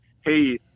hey